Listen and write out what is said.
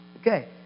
Okay